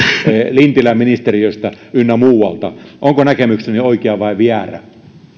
lintilän ministeriöstä ynnä muualta onko näkemykseni oikea vai viärä